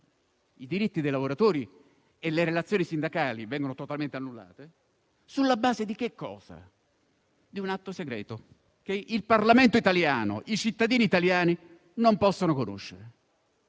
i diritti dei lavoratori e le relazioni sindacali, che vengono totalmente annullate, sulla base di un atto segreto che il Parlamento italiano e i cittadini italiani non possono conoscere.